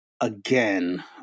again